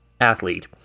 athlete